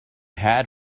had